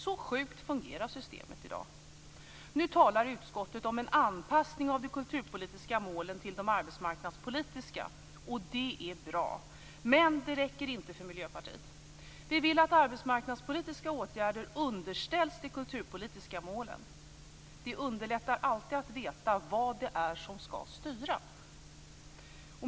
Så sjukt fungerar systemet i dag. Nu talar utskottet om en anpassning av de kulturpolitiska målen till de arbetsmarknadspolitiska. Det är bra, men det räcker inte för Miljöpartiet. Vi vill att de arbetsmarknadspolitiska åtgärderna skall underställas de kulturpolitiska målen. Det underlättar alltid att veta vad det är som skall styra.